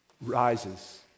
rises